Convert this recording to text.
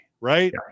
right